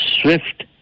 swift